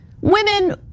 women